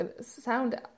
sound